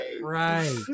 Right